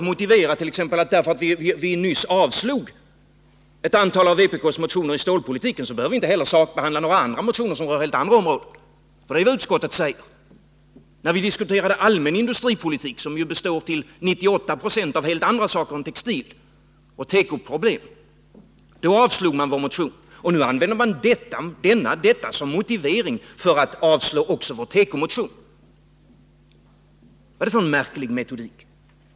Kommer det i fortsättningen att bli så, att utskottet bara för att det avstyrker vpk-motioner om t.ex. stålpolitiken, inte behöver sakbehandla motioner i helt andra frågor? Det tycks vara vad utskottet menar. När vi diskuterade allmän industripolitik, som till 98 96 består av helt andra saker än textiloch tekoproblem, avslogs vpk-motionen. Det använder utskottet som motiv för att nu avslå vår tekomotion. Vad är det för märklig metodik?